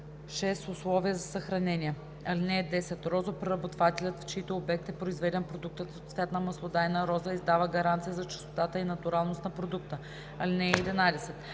6. условия за съхранение. (10) Розопреработвателят, в чийто обект е произведен продуктът от цвят на маслодайна роза, издава гаранция за чистота и натуралност на продукта. (11)